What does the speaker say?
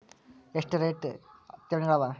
ಎಷ್ಟ ರೇತಿ ಠೇವಣಿಗಳ ಅವ?